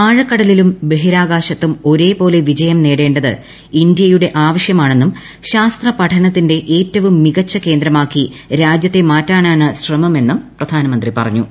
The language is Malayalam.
ആഴക്കടലിലും ബഹിരാകാശത്തും ഒരേപോലെ വിജയം നേടേണ്ടത് ഇന്ത്യയുടെ ആവശ്യമാണെന്നും ശാസ്ത്ര പഠനത്തിന്റെ ഏറ്റവും മികച്ച കേന്ദ്രമാക്കി രാജ്യത്തെ മാറ്റാനാണ് ശ്രമമെന്നും പ്രധാനമന്ത്രി പറഞ്ഞു